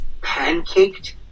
pancaked